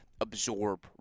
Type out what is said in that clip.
absorb